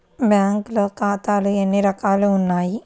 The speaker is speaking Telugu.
బ్యాంక్లో ఖాతాలు ఎన్ని రకాలు ఉన్నావి?